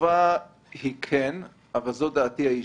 התשובה היא כן, אבל זאת דעתי האישית.